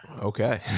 okay